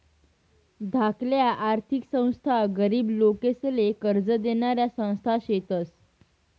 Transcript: धाकल्या आर्थिक संस्था गरीब लोकेसले कर्ज देनाऱ्या संस्था शेतस